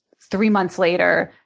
three months later,